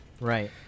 Right